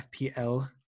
FPL